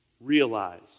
realize